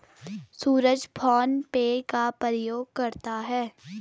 सूरज PhonePe का प्रयोग करता है